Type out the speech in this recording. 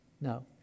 No